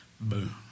Boom